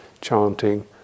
chanting